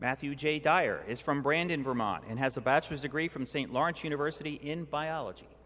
matthew j dyer is from brandon vermont and has a bachelor's degree from st lawrence university in biology